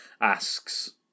asks